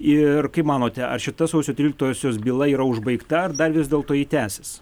ir kaip manote ar šita sausio tryliktosios byla yra užbaigta ar dar vis dėlto ji tęsis